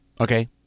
okay